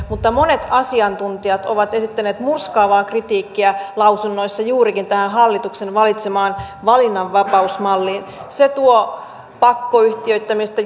mutta monet asiantuntijat ovat esittäneet murskaavaa kritiikkiä lausunnoissa juurikin tähän hallituksen valitsemaan valinnanvapausmalliin se tuo pakkoyhtiöittämistä